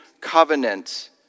covenant